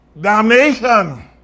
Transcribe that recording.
damnation